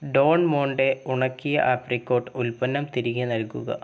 Don Monte ഉണക്കിയ apricot ഉൽപ്പന്നം തിരികെ നൽകുക